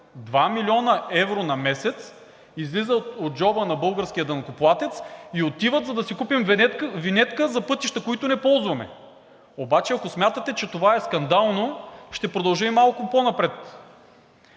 2 милиона евро на месец излизат от джоба на българския данъкоплатец и отиват, за да си купим винетки за пътища, които не ползваме. Обаче ако смятате, че това е скандално, ще продължа и малко по-напред.